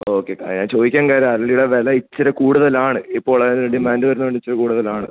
okay ആ ഞാൻ ചോദിക്കാൻ കാര്യം അരളിയുടെ വില ഇച്ചിരി കൂടുതലാണ് ഇപ്പോൾ ഉള്ളതിനേക്കാളും ഡിമാൻ്റ് വരുന്നതുകൊണ്ടിച്ചിരി കൂടുതലാണ്